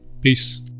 peace